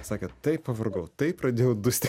sakė taip pavargau tai pradėjau dusti